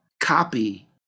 copy